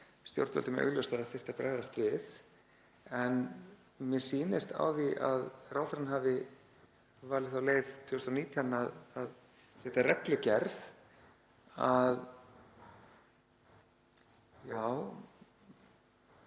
stjórnvöldum augljóst að það þyrfti að bregðast við. En mér sýnist á því að ráðherrann hafi valið þá leið 2019 að setja reglugerð að